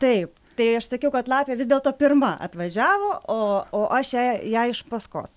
taip tai aš sakiau kad lapė vis dėlto pirma atvažiavo o o aš jai jai iš paskos